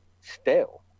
stale